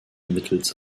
mittels